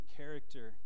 character